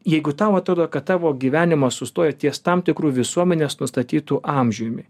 jeigu tau atrodo kad tavo gyvenimas sustoja ties tam tikru visuomenės nustatytu amžiumi